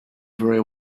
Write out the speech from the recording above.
very